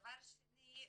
דבר שני,